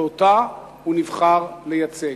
שאותה הוא נבחר לייצג.